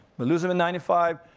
but lose him in ninety five.